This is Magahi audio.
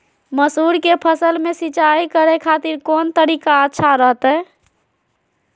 मसूर के फसल में सिंचाई करे खातिर कौन तरीका अच्छा रहतय?